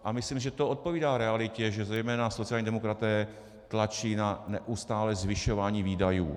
A myslím, že to odpovídá realitě, že zejména sociální demokraté tlačí na neustálé zvyšování výdajů.